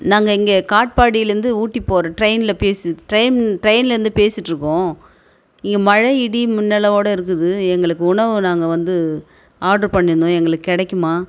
நாங்கள் இங்கே காட்பாடிலேருந்து ஊட்டி போகிறோம் ட்ரெயினில் பேசி ட்ரெயின் ட்ரெயின்லேருந்து பேசிட்டிருக்கோம் இங்கே மழை இடி மின்னலோடு இருக்குது எங்களுக்கு உணவு நாங்கள் வந்து ஆர்டர் பண்ணியிருந்தோம் எங்களுக்கு கிடைக்குமா